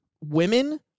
women